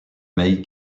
may